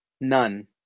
None